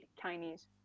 chinese